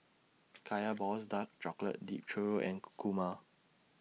Kaya Balls Dark Chocolate Dipped Churro and Kurma